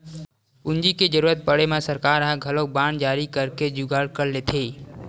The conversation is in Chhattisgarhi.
पूंजी के जरुरत पड़े म सरकार ह घलोक बांड जारी करके जुगाड़ कर लेथे